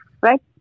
Right